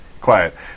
Quiet